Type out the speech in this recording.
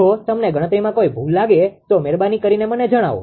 જો તમને ગણતરીમાં કોઈ ભૂલ લાગે તો મહેરબાની કરીને મને જણાવો